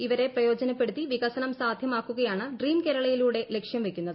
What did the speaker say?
ഇവരെ പ്രയോജനപ്പെടുത്തി വികസനം സാധ്യമാക്കുകയാണ് ഡ്രീം കേരളയിലൂടെ ലക്ഷ്യം വയ്ക്കുന്നത്